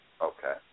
Okay